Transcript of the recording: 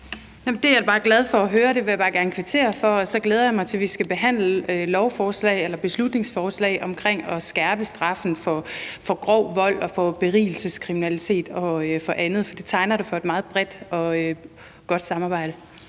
Det er jeg da bare glad for at høre, og jeg vil gerne kvittere for det. Og så glæder jeg mig til, at vi skal behandle lovforslag eller beslutningsforslag om at skærpe straffen for grov vold, berigelseskriminalitet og andet, for det tegner til at blive et meget bredt og godt samarbejde.